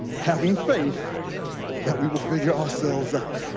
having faith that we will figure ourselves out.